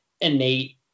innate